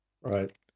Right